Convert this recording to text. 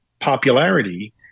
popularity